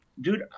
Dude